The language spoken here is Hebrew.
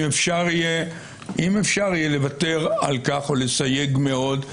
אם אפשר יהיה לוותר על כך או לסייג מאוד,